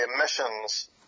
emissions